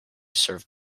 served